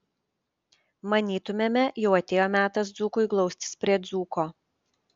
manytumėme jau atėjo metas dzūkui glaustis prie dzūko